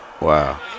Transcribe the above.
wow